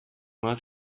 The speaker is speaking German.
mal